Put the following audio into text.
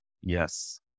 Yes